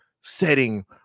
setting